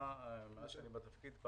מאז שאני בתפקיד,